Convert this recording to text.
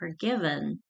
forgiven